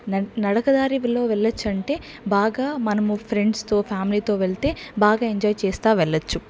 నడకదారిలో వెళ్ళచ్చంటే బాగా మనము ఫ్రెండ్స్తో ఫ్యామిలీతో వెళ్తే బాగా ఎంజాయ్ చేస్తా వెళ్ళచ్చు